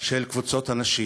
של קבוצות הנשים,